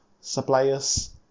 suppliers